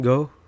Go